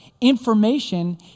information